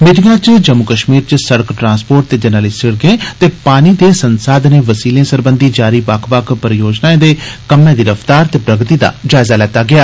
मीटिंगै च जम्मू कश्मीर च सड़क ट्रांस्पोर्ट ते जरनैली सड़कें ते पानी दे संसाधनें वसीलें सरबंधी जारी बक्ख बक्ख परियोजनाएं दे कम्मै दी रफ्तार ते प्रगति दा जायजा लैता गेया